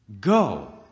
Go